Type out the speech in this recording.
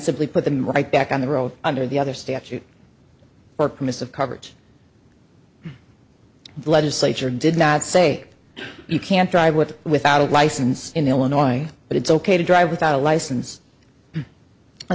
simply put them right back on the road under the other statute for permissive coverage the legislature did not say you can't drive with without a license in illinois but it's ok to drive without a license